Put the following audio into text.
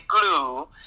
glue